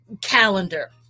calendar